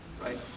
right